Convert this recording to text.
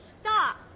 Stop